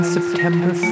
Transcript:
September